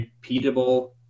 repeatable